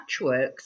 patchworks